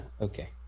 okay